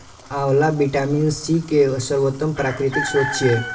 आंवला vitamin C के सर्वोत्तम प्राकृतिक स्रोत छियै